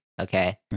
okay